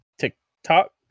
TikTok